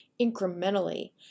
incrementally